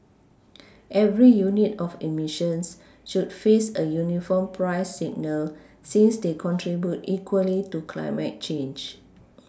every unit of eMissions should face a uniform price signal since they contribute equally to climate change